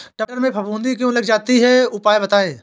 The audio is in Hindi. मटर में फफूंदी क्यो लग जाती है उपाय बताएं?